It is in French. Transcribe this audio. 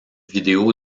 vidéo